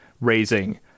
raising